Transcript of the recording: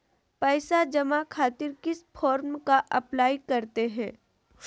पैसा जमा खातिर किस फॉर्म का अप्लाई करते हैं?